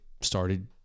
started